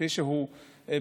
וכפי שזה באמת,